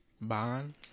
bond